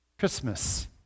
Christmas